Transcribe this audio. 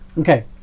Okay